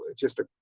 ah just a,